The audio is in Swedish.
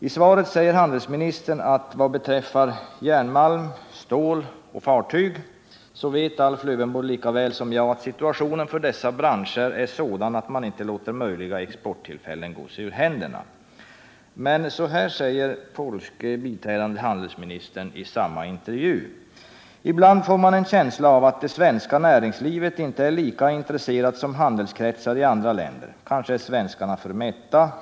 I svaret säger handelsministern: ”Vad beträffar järnmalm, specialstål och fartyg vet Alf Lövenborg lika väl som jag, att situationen för dessa branscher är sådan att man inte låter möjliga exporutillfällen gå sig ur händerna.” Men så här säger den polske biträdande handelsministern i samma intervju: ”Ibland får man en känsla av att det svenska näringslivet inte är lika intresserat som handelskretsar i andra länder. Kanske är svenskarna för mätta?